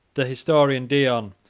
the historian dion,